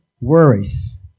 worries